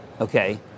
okay